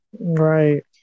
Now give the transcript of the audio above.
Right